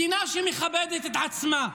מדינה שמכבדת את עצמה,